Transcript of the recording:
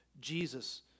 Jesus